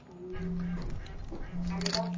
आनी आनी कस